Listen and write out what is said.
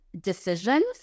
decisions